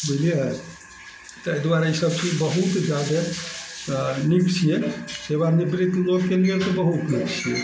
बुझलियै तै दुआरे ई सब चीज बहुत जादे नीक छियै सेवा निवृत लोकके लिअ तऽ बहुत नीक छियै